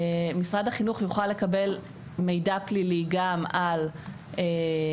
משרד החינוך יוכל לקבל מידע פלילי גם על מב"דים,